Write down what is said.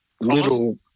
Little